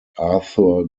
arthur